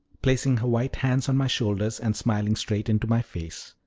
placing her white hands on my shoulders and smiling straight into my face.